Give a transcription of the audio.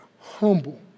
humble